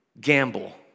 gamble